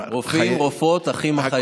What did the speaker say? רופאים, רופאות, אחים ואחיות.